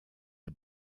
der